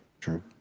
true